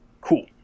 Cool